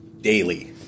Daily